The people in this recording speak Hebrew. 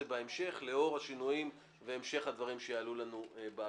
בהמשך לאור השינויים בהמשך הדברים כפי שיעלו בהקראה.